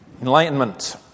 Enlightenment